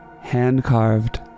hand-carved